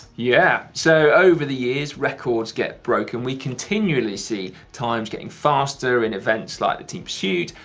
yeah, so over the years, records get broken. we continually see times getting faster in events like the team pursuit,